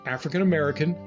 African-American